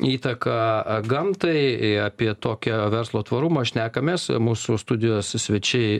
įtaką gamtai apie tokio verslo tvarumą šnekamės mūsų studijos svečiai